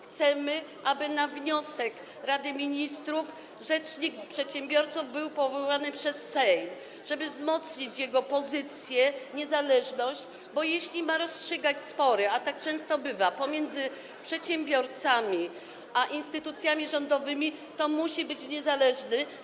Chcemy, aby na wniosek Rady Ministrów rzecznik przedsiębiorców był powoływany przez Sejm, żeby wzmocnić jego pozycję, niezależność, bo jeśli ma rozstrzygać spory - a tak często bywa - pomiędzy przedsiębiorcami a instytucjami rządowymi, to musi być niezależny.